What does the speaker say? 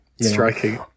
Striking